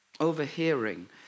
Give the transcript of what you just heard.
Overhearing